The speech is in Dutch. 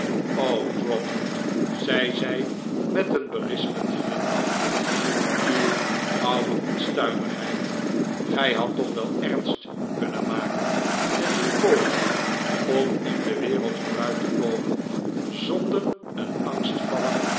trotwood zei zij met een berispend glimlachje uw oude onstuimigheid gij hadt toch wel ernst kunnen maken met uw pogingen om in de wereld vooruit te komen zonder een angstvallig